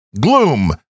gloom